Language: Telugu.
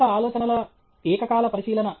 అనేక ఆలోచనల ఏకకాల పరిశీలన